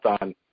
on